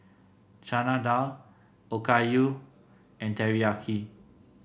Chana Dal Okayu and Teriyaki